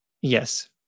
Yes